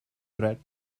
threat